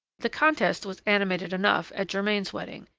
the contest was animated enough at germain's wedding.